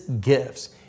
gifts